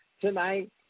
tonight